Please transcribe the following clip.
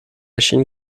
chine